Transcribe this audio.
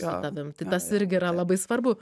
su tavim tai tas irgi yra labai svarbu